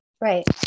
Right